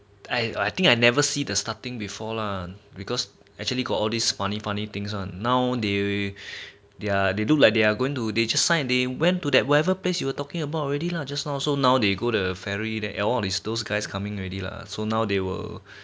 I I think I never see the starting before lah because actually got all these funny funny things one now they they're look like they are going to they just signed they went to that whatever place you were talking about already lah just now so now they go to ferry the all those guys coming already lah so now they will